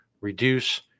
reduce